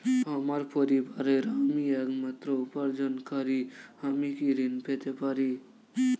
আমার পরিবারের আমি একমাত্র উপার্জনকারী আমি কি ঋণ পেতে পারি?